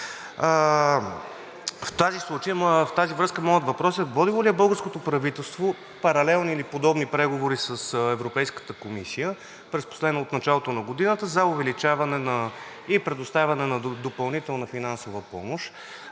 В тази връзка моят въпрос е: водило ли е българското правителство паралелни или подобни преговори с Европейската комисия от началото на годината за увеличаване и предоставяне на допълнителна финансова помощ,